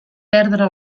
perdre